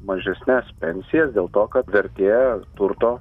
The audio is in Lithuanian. mažesnes pensijas dėl to kad vertė turto